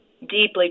deeply